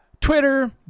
Twitter